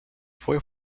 fue